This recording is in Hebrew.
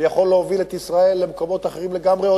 ויכול להוביל את ישראל למקומות אחרים לגמרי,